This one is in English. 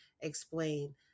explain